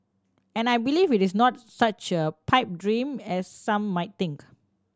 and I believe it is not such a pipe dream as some might think